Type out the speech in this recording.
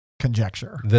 conjecture